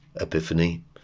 epiphany